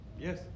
Yes